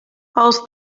els